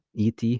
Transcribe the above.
et